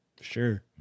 Sure